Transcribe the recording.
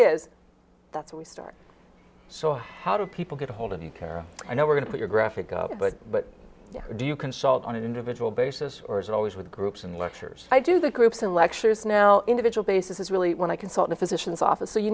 is that so we start so how do people get ahold of the tara i know we're going to your graphic but but do you consult on an individual basis or is it always with groups and lectures i do the groups and lectures now individual basis is really when i consult the physician's office so you